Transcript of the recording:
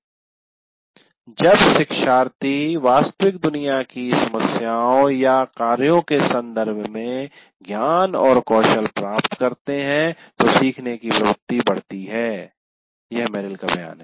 "जब शिक्षार्थी वास्तविक दुनिया की समस्याओं या कार्यों के संदर्भ में ज्ञान और कौशल प्राप्त करते हैं तो सीखने की प्रवृत्ति बढती है" मेरिल का बयान है